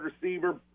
receiver